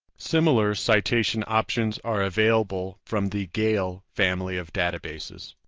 similar citation options are available from the gale family of databases.